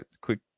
quick